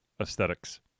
aesthetics